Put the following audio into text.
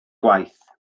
gwaith